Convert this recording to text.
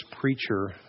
preacher